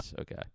okay